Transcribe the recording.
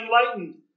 enlightened